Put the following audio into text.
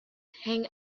hang